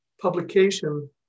publication